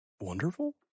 wonderful